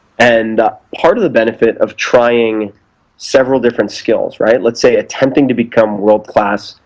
and part of the benefit of trying several different skills, right? let's say, attempting to become world-class,